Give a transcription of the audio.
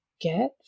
get